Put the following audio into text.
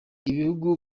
ibihugu